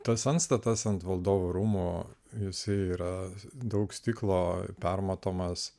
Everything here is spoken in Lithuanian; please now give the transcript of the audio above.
tas antstatas ant valdovų rūmų visi yra daug stiklo permatomas